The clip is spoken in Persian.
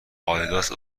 آدیداس